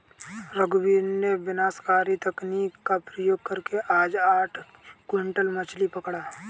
रघुवीर ने विनाशकारी तकनीक का प्रयोग करके आज आठ क्विंटल मछ्ली पकड़ा